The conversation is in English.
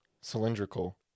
Cylindrical